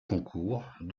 concours